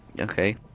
Okay